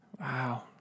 Wow